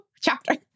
chapter